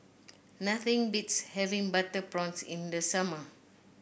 nothing beats having Butter Prawns in the summer